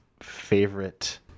favorite